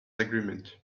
agreement